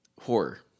horror